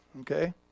okay